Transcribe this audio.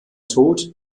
tod